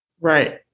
Right